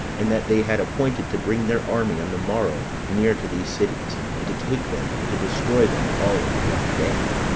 and that they had appointed to bring their army on the morrow near to these cities, and to take them, and to destroy them all in one day.